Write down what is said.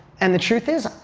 and the truth is,